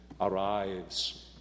arrives